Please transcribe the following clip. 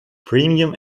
premium